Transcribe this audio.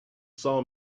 saw